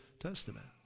Testament